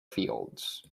fields